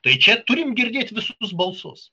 tai čia turim girdėt visus balsus